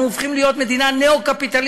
אנחנו הופכים להיות מדינה ניאו-קפיטליסטית,